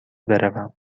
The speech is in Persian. بروم